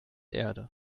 erde